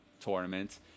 tournament